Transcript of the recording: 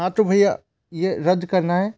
हाँ तो भय्या ये रद्द करना है